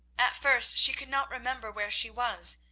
at first she could not remember where she was.